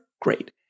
great